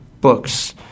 books